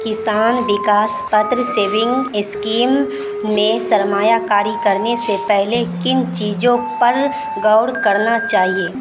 کسان Vikas Patra saving scheme میں سرمایہ کاری کرنے سے پہلے کن چیزوں پر غور کرنا چاہیے